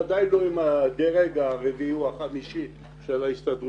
ודאי לא עם הדרג הרביעי או החמישי של ההסתדרות.